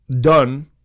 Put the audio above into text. done